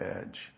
edge